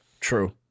true